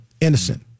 innocent